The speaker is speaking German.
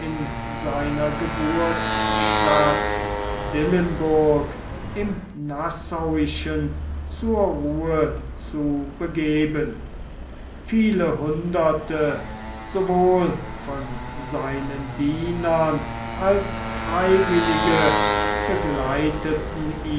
seiner geburtsstadt dillenburg im nassauischen zur ruhe zu begeben viele hunderte sowohl von seinen dienern als freiwillige begleiteten